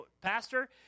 Pastor